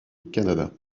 canada